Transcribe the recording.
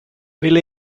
ville